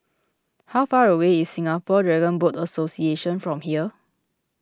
how far away is Singapore Dragon Boat Association from here